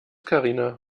karina